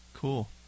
Cool